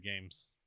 games